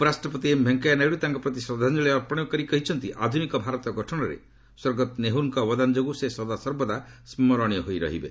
ଉପରାଷ୍ଟ୍ରପତି ଏମ୍ ଭେଙ୍କୟା ନାଇଡ଼ୁ ତାଙ୍କ ପ୍ରତି ଶ୍ରଦ୍ଧାଞ୍ଜଳୀ ଅର୍ପଣ କରି କହିଛନ୍ତି ଆଧୁନିକ ଭାରତ ଗଠନରେ ସ୍ୱର୍ଗତ ନେହେରୁଙ୍କ ଅବଦାନ ଯୋଗୁଁ ସେ ସଦାସର୍ବଦା ସ୍କରଣୀୟ ହୋଇ ରହିବେ